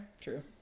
True